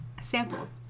samples